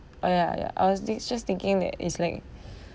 oh ya ya I was thi~ just thinking that it's linked